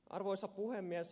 arvoisa puhemies